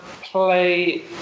play